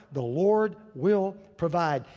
the lord will provide.